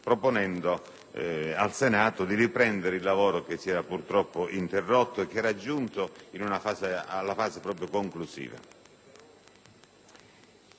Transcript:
proponendo al Senato di riprendere il lavoro che si era purtroppo interrotto una volta giunto alla fase conclusiva.